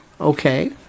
Okay